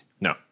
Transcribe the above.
No